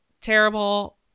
terrible